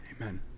Amen